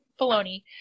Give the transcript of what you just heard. baloney